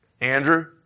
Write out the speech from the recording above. Andrew